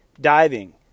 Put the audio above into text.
diving